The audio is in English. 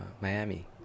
miami